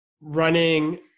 running